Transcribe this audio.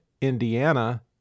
Indiana